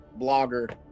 blogger